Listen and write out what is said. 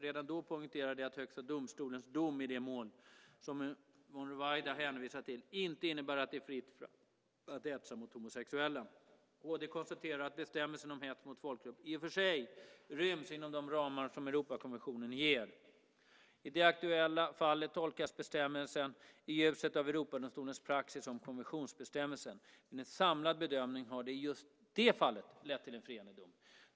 Redan då poängterade jag att Högsta domstolens dom i det mål som Yvonne Ruwaida hänvisar till inte innebär att det är fritt fram att hetsa mot homosexuella. HD konstaterar att bestämmelsen om hets mot folkgrupp i och för sig ryms inom de ramar som Europakonventionen ger. I det aktuella fallet tolkas bestämmelsen i ljuset av Europadomstolens praxis om konventionsbestämmelserna. Vid en samlad bedömning har det i just det fallet lett till en friande dom.